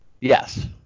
Yes